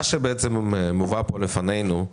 מה שמובא כאן לפנינו,